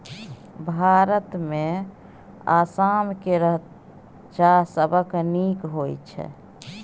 भारतमे आसाम केर चाह सबसँ नीक होइत छै